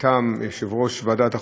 מטעם יושב-ראש ועדת החוקה,